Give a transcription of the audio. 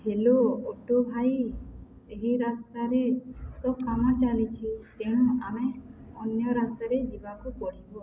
hello auto ଭାଇ ଏହି ରାସ୍ତାରେ ତ କାମ ଚାଲିଛି ତେଣୁ ଆମେ ଅନ୍ୟ ରାସ୍ତାରେ ଯିବାକୁ ପଡ଼ିବ